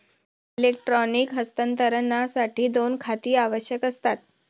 electronic हस्तांतरणासाठी दोन खाती आवश्यक असतात